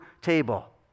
table